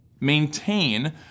Maintain